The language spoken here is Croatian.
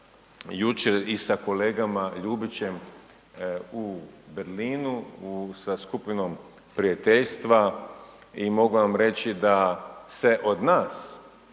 jučer i sa kolega Ljubićem u Berlinu sa Skupinom prijateljstva i mogu vam reći da se od nas